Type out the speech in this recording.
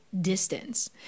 distance